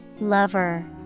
Lover